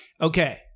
Okay